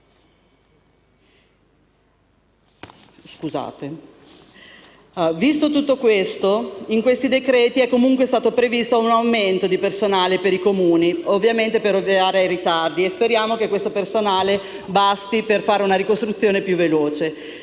Visto tutto questo, in questi decreti-legge è comunque stato previsto un aumento di personale per i Comuni, ovviamente per ovviare ai ritardi, e speriamo che questo personale basti per fare una ricostruzione più veloce.